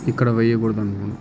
ఇక్కడ వెయ్యకూడదు అనుకుంటున్నాము